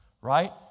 Right